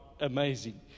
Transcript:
amazing